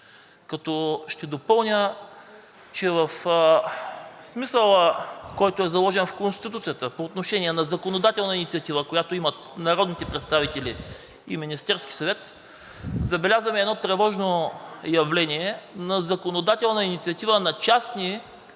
ще допълня, че в смисъла, който е заложен в Конституцията по отношение на законодателна инициатива, която имат народните представители и Министерският съвет, забелязваме едно тревожно явление на законодателна инициатива на частни